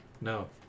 No